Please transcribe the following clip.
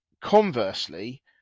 Conversely